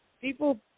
people